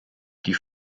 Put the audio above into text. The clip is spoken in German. die